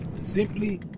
simply